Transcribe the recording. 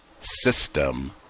system